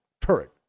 turret